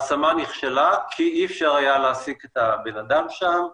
ההשמה נכשלה כי אי אפשר היה להעסיק את הבנאדם שם.